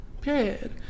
Period